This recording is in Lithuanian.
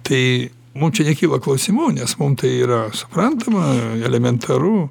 tai mum čia nekyla klausimų nes mum tai yra suprantama elementaru